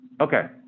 okay